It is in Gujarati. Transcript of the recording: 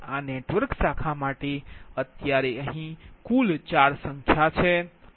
આ નેટવર્ક શાખા માટે અત્યારે અહીં કુલ 4 સંખ્યા છે